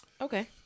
Okay